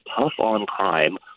tough-on-crime